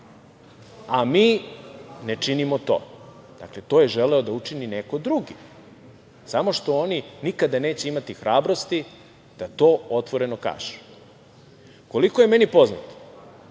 Mi ne činimo to. Dakle, je želeo da učini neko drugi, samo što oni nikada neće imati hrabrosti da to otvoreno kažu. Koliko je meni poznato,